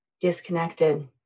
disconnected